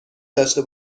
داشته